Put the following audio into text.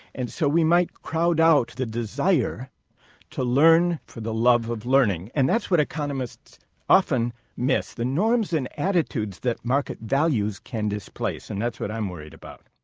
and so we might crowd out the desire to learn for the love of learning. and that's what economists often miss the norms and attitudes that market values can displace and that's what i'm worried about